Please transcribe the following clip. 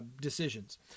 decisions